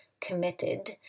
committed